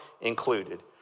included